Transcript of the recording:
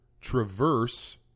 traverse